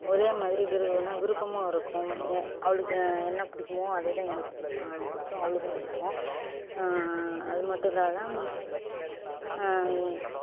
ஒரே மாதிரி விரு என்ன விருப்பமும் இருக்கும் ஏ அவளுக்கு என்ன பிடிக்குமோ அதே தான் எனக்கும் பிடிக்கும் அவளுக்கும் பிடிக்கும் அது மட்டும் இல்லாத